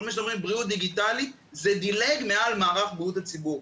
בריאות דיגיטלית, זה דילג מעל מערך בריאות הציבור.